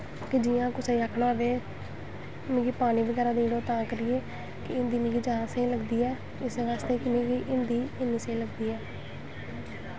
कि जियां कुसै गी आक्खना होऐ मिगा पानी बगैरा देई ओड़ै तां करियै हिन्दी मिगी जादा स्हेई लगदी ऐ इस्सै बास्तै कि मिगी हिन्दी इन्नी स्हेई लगदी ऐ